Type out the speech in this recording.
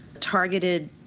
targeted